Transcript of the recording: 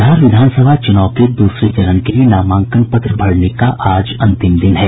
बिहार विधानसभा चुनाव के दूसरे चरण के लिए नामांकन पत्र भरने का आज अंतिम दिन है